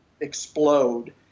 explode